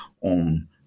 on